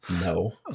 No